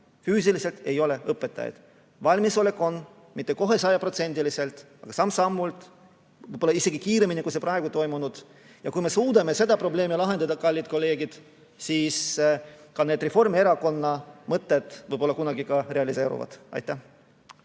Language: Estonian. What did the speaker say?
füüsiliselt ei ole õpetajaid. Valmisolek on teha seda mitte kohe sajaprotsendiliselt, vaid samm-sammult, võib-olla isegi kiiremini, kui see praegu on toimunud. Kui me suudame selle probleemi lahendada, kallid kolleegid, siis ka need Reformierakonna mõtted võib-olla kunagi realiseeruvad. Aitäh!